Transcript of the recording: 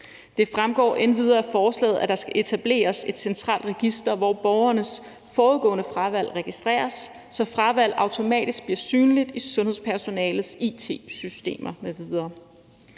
Det fremgår endvidere af forslaget, at der skal etableres et centralt register, hvor borgernes forudgående fravalg registreres, så fravalg automatisk blive synligt i sundhedspersonalets it-systemer m.v.